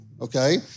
okay